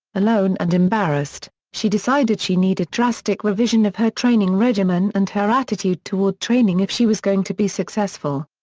alone and embarrassed, she decided she needed drastic revision of her training regimen and her attitude toward training if she was going to be successful.